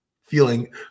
feeling